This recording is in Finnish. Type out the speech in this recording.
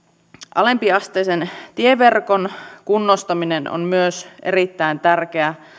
alempiasteisen tieverkon kunnostaminen on myös erittäin tärkeää